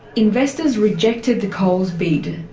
investors rejected the coles bid.